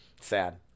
Sad